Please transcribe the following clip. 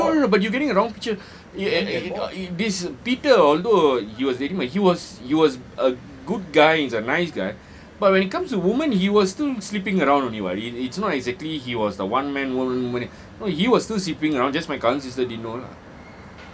eh no no no but you're getting the wrong picture this peter although he was he was he was a good guy he's a nice guy but when it comes to a women he was still sleeping around only [what] it's not exactly he was the one man one woman no he was still sleeping around just my cousin's sister didn't know lah